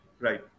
right